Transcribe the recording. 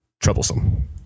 troublesome